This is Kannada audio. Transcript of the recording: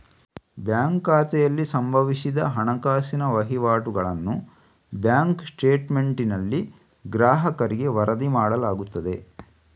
ಬ್ಯಾಂಕ್ ಖಾತೆಯಲ್ಲಿ ಸಂಭವಿಸಿದ ಹಣಕಾಸಿನ ವಹಿವಾಟುಗಳನ್ನು ಬ್ಯಾಂಕ್ ಸ್ಟೇಟ್ಮೆಂಟಿನಲ್ಲಿ ಗ್ರಾಹಕರಿಗೆ ವರದಿ ಮಾಡಲಾಗುತ್ತದೆ